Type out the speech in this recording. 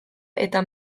eta